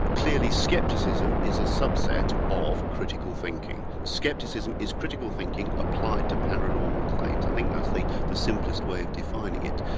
clearly skepticism is a sub-set of critical thinking. skepticism is critical thinking applied to paranormal claims, i think that's the the simplest way of defining it.